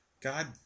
God